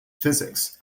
physics